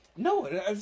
No